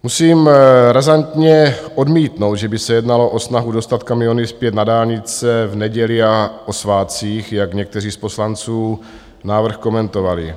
Musím razantně odmítnout, že by se jednalo o snahu dostat kamiony zpět na dálnice v neděli a o svátcích, jak někteří z poslanců návrh komentovali.